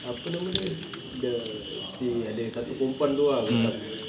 apa nama dia the si ada satu perempuan tu ah macam